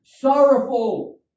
sorrowful